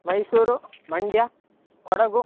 Mysuru Mandya Kodagu